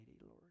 Lord